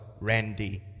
Randy